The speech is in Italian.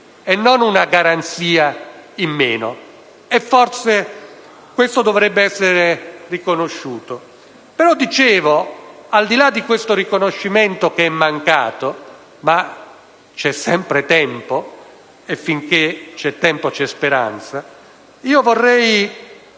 e non una garanzia in meno: forse questo dovrebbe essere riconosciuto. Però, al di là di questo riconoscimento che è mancato - ma c'è sempre tempo e finché c'è tempo c'è speranza -, vorrei